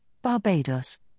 Barbados